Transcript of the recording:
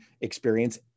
experience